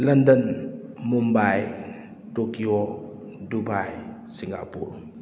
London Mumbai Tokyo Dubai Singapore